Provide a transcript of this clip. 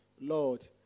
Lord